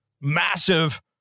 massive